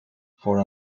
for